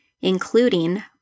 including